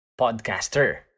podcaster